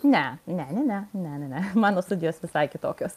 ne ne ne ne ne mano studijos visai kitokios